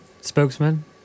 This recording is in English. spokesman